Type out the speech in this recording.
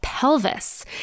pelvis